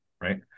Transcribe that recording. right